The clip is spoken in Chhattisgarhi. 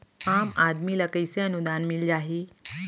आम आदमी ल कइसे अनुदान मिल जाही?